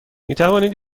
میتوانید